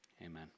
amen